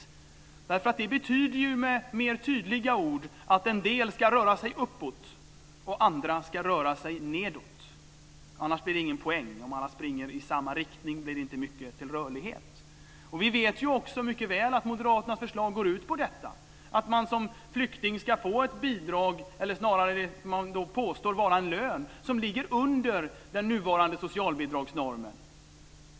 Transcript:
Det betyder med mer tydliga ord att en del ska röra sig uppåt och andra nedåt. Annars blir det ingen poäng. Om alla springer i samma riktning blir det inte mycket till rörlighet. Vi vet mycket väl att moderaternas förslag går ut på att man som flykting ska få ett bidrag, det som man påstår vara en lön och som ligger under den nuvarande socialbidragsnormen.